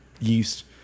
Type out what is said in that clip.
yeast